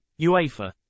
UEFA